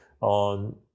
on